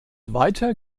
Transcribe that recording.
weiter